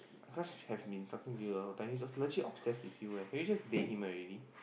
Akash have been talking to you the whole time he's just legit obsessed with you eh can you just date him already